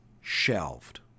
shelved